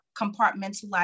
compartmentalize